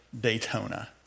Daytona